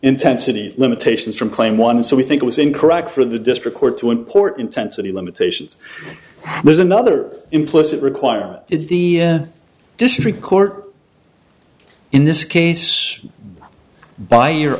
intensity limitations from claim one so we think it was incorrect for the district court to import intensity limitations there's another implicit requirement in the district court in this case by your